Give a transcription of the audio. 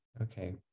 Okay